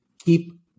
keep